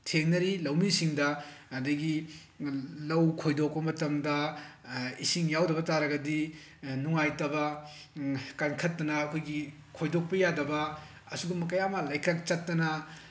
ꯊꯦꯡꯅꯔꯤ ꯂꯧꯃꯤꯁꯤꯡꯗ ꯑꯗꯒꯤ ꯂꯧ ꯈꯣꯏꯗꯣꯛꯄ ꯃꯇꯝꯗ ꯏꯁꯤꯡ ꯌꯥꯎꯗꯕ ꯇꯥꯔꯒꯗꯤ ꯅꯨꯡꯉꯥꯏꯇꯕ ꯀꯟꯈꯠꯇꯅ ꯑꯩꯈꯣꯏꯒꯤ ꯈꯣꯏꯗꯣꯛꯄ ꯌꯥꯗꯕ ꯑꯁꯤꯒꯨꯝꯕ ꯀꯌꯥ ꯑꯃ ꯂꯥꯀ꯭ꯔꯛ ꯆꯠꯇꯅ